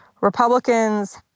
Republicans